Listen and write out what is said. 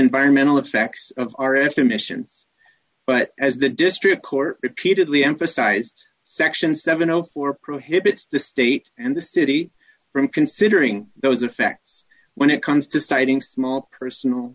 environmental effects of our estimations but as the district court repeatedly emphasized section seven hundred and four prohibits the state and the city from considering those effects when it comes to siting small personal